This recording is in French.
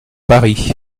paris